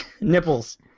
Nipples